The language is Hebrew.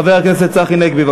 חבר הכנסת צחי הנגבי.